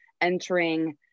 entering